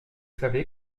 savez